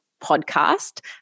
Podcast